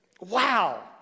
wow